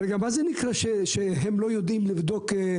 זה גם לא במקרה שהם לא יודעים לבדוק,